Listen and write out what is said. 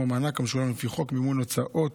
המענק המשולם לפי חוק מימון הוצאות